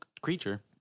creature